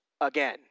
again